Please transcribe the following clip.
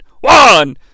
One